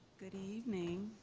good evening.